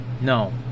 No